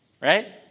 Right